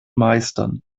meistern